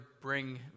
bring